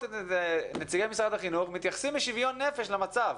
את נציגי משרד החינוך מתייחסים בשוויון נפש למצב.